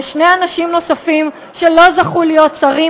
ושני אנשים נוספים שלא זכו להיות שרים,